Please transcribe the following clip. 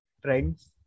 friends